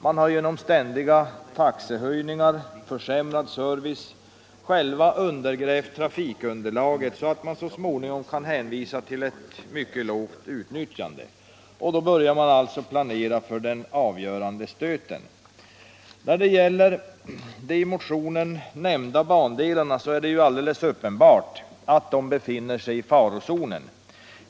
Man har genom ständiga taxehöjningar och försämrad service undergrävt trafikunderlaget så att man så småningom kan hänvisa till ett mycket lågt utnyttjande, och då börjar man planera för den avgörande stöten. När det gäller de i motionen nämnda bandelarna är det alldeles uppenbart att de befinner sig i farozonen.